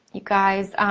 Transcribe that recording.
you guys.